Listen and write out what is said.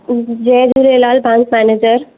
Jay Jhulelal branch manager